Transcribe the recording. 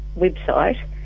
website